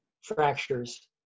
fractures